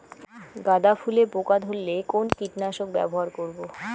গাদা ফুলে পোকা ধরলে কোন কীটনাশক ব্যবহার করব?